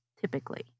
typically